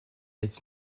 est